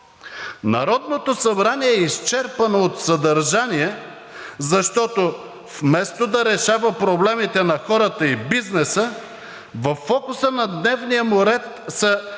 Народното събрание е изчерпано от съдържание, защото вместо да решава проблемите на хората и бизнеса, във фокуса на дневния му ред са